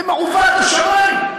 זה מעוות עד השמים.